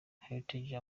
heritage